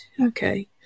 okay